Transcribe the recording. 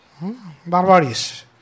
Barbari's